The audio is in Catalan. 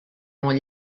molt